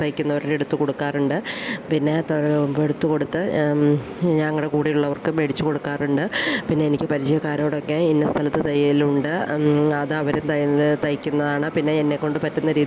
തയ്ക്കുന്നവരുടെ അടുത്തു കൊടുക്കാറുണ്ട് പിന്നെ താ എടുത്തു കൊടുത്ത് ഞങ്ങളുടെ കൂടെയുള്ളവർക്കും മേടിച്ചു കൊടുക്കാറുണ്ട് പിന്നെ എനിക്ക് പരിചയക്കാരോട് ഒക്കെ ഇന്ന സ്ഥലത്തു തയ്യലുണ്ട് അതവർ തയ്ക്കാൻ തയ്ക്കുന്നതാണ് പിന്നെ എന്നെക്കൊണ്ട് പറ്റുന്ന രീതിയിൽ